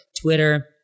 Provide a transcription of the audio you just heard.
Twitter